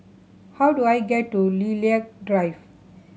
how do I get to Lilac Drive